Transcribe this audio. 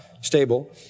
stable